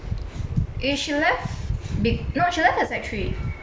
she left be~ no she left at sec three